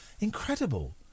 Incredible